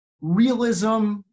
realism